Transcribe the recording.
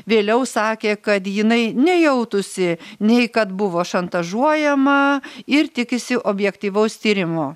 vėliau sakė kad jinai nejautusi nei kad buvo šantažuojama ir tikisi objektyvaus tyrimo